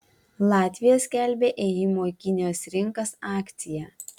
latvija skelbia ėjimo į kinijos rinkas akciją